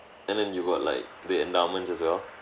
and then you got like the endowments as well